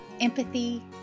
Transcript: empathy